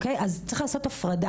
אז צריך לעשות הפרדה.